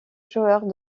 joueurs